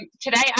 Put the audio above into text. Today